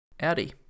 Audi